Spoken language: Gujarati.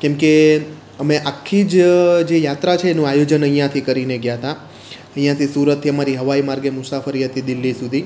કેમ કે અમે આખી જ જે યાત્રા છે એનું આયોજન અહીંયાંથી કરીને ગયા હતા અહીંયાંથી સુરતથી અમારી હવાઈ માર્ગે મુસાફરી હતી દિલ્લી સુધી